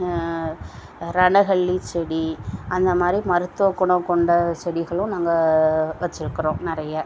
ரணகள்ளிச்செடி அந்தமாதிரி மருத்துவ குணம் கொண்ட செடிகளும் நாங்கள் வச்சுருக்கிறோம் நிறைய